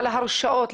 על הרשאות.